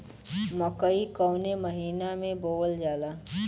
मकई कवने महीना में बोवल जाला?